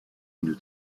une